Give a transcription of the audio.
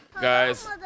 guys